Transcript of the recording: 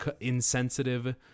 insensitive